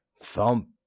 thump